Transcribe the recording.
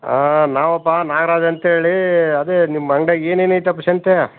ಆಂ ನಾವಪ್ಪ ನಾಗರಾಜ್ ಅಂತೇಳಿ ಅದೇ ನಿಮ್ಮ ಅಂಗ್ಡ್ಯಾಗೆ ಏನೇನು ಐತಪ್ಪ ಶೆಂತೆ